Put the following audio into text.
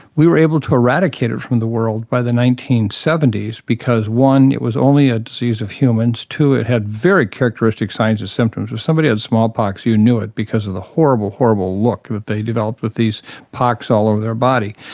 we were able to eradicate it from the world by the nineteen seventy s because, one, it was only a disease of humans, two, it had very characteristic signs and symptoms if somebody had smallpox you knew it because of the horrible, horrible look that they developed with these pocks all over their body.